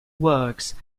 works